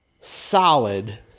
solid